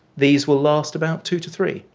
these will last about two to three.